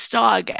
dog